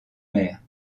mères